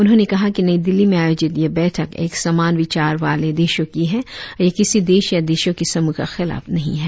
उन्होंने कहा कि नई दिल्ली में आयोजित यह बैठक एक समान विचार वाले देशों की है और यह किसी देश या देशों के समूह के खिलाफ नहीं है